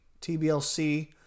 TBLC